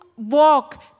walk